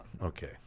Okay